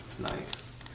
Nice